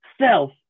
Self